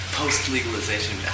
post-legalization